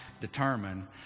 determine